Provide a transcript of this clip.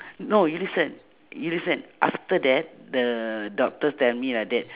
no you listen you listen after that the doctors tell me like that